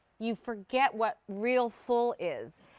you forget what real full is.